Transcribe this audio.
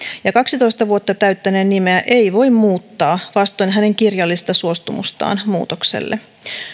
ja kaksitoista vuotta täyttäneen nimeä ei voi muuttaa vastoin hänen kirjallista suostumustaan muutokselle